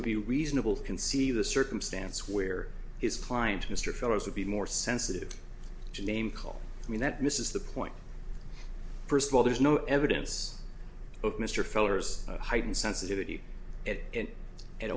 would be reasonable can see the circumstance where his client mr felos would be more sensitive to name call i mean that misses the point first of all there's no evidence of mr feller's heightened sensitivity it and it